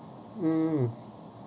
uh